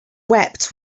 wept